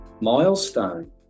milestone